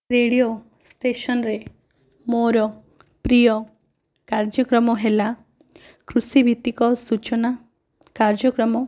radio ଷ୍ଟେସନରେ ମୋର ପ୍ରିୟ କାର୍ଯ୍ୟକ୍ରମ ହେଲା କୃଷିଭିତ୍ତିକ ସୂଚନା କାର୍ଯ୍ୟକ୍ରମ